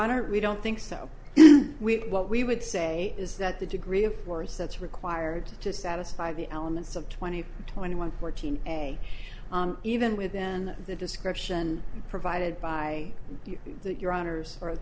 honor we don't think so we what we would say is that the degree of force that's required to satisfy the elements of twenty twenty one fourteen day even within the description provided by you that your honors or